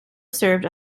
served